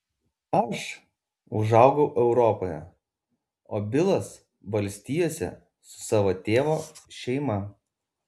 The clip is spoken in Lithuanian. aš užaugau europoje o bilas valstijose su savo tėvo šeima